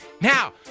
Now